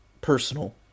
personal